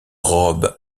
robe